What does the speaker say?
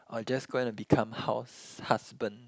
or just going to become house husband